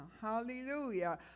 Hallelujah